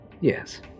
Yes